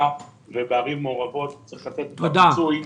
ובערים מעורבות צריך לתת את הפיצוי.